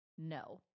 No